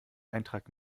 eintrag